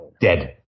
Dead